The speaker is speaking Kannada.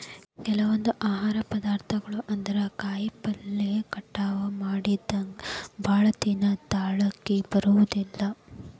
ಕೆಲವೊಂದ ಆಹಾರ ಪದಾರ್ಥಗಳು ಅಂದ್ರ ಕಾಯಿಪಲ್ಲೆ ಕಟಾವ ಮಾಡಿಂದ ಭಾಳದಿನಾ ತಾಳಕಿ ಬರುದಿಲ್ಲಾ